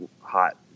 hot